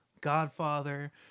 Godfather